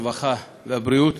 הרווחה והבריאות.